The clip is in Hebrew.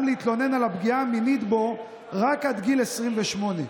להתלונן על הפגיעה המינית בו רק עד גיל 28,